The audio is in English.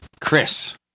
Chris